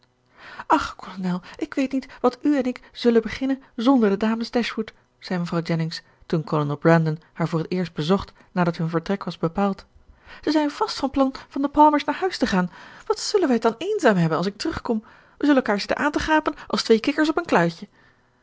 ach kolonel ik weet niet wat u en ik zullen beginnen zonder de dames dashwood zei mevrouw jennings toen kolonel brandon haar voor het eerst bezocht nadat hun vertrek was bepaald ze zijn vast van plan van de palmers naar huis te gaan wat zullen wij het dan eenzaam hebben als ik terugkom we zullen elkaar zitten aan te gapen als twee kikkers op een kluitje